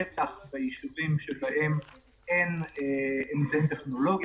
בטח בישובים שאין בהם אמצעים טכנולוגיים.